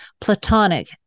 Platonic